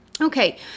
Okay